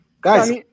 guys